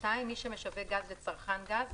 מי שמשווק גז לצרכן גז,